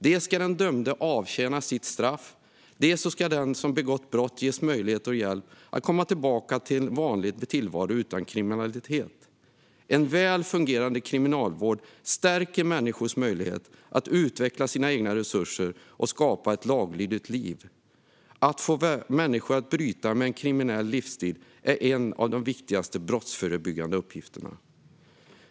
Dels ska den dömde avtjäna sitt straff, dels ska den som har begått brott ges möjlighet och hjälp att komma tillbaka till en vanlig tillvaro utan kriminalitet. En väl fungerande kriminalvård stärker människors möjlighet att utveckla sina egna resurser och skapa ett laglydigt liv. Att få människor att bryta med en kriminell livsstil är en av de viktigaste brottsförebyggande uppgifterna.